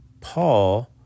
Paul